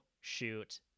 shoot